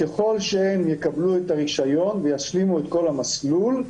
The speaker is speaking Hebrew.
ככל שהם יקבלו את הרישיון וישלימו את כל המסלול,